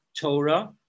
Torah